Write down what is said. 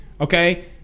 okay